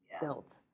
built